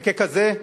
ככזה,